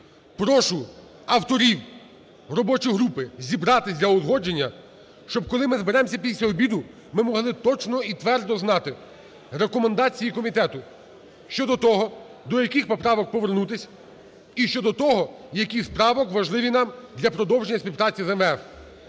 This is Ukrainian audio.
прошу авторів в робочу групу зібратись для узгодження, щоб, коли ми зберемося після обіду, ми могли б точно і твердо знати рекомендації комітету щодо того, до яких поправок повернутись, і щодо того, які з правок важливі нам для продовження співпраці з МВФ.